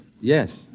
Yes